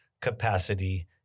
capacity